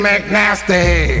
McNasty